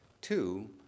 two